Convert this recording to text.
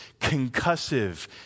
concussive